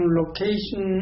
location